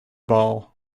ball